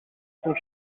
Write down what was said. sont